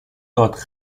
dort